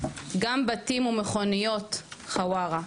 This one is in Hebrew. גם בתים ומכוניות חווארה,